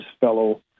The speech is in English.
fellow